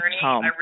home